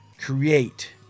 create